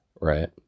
right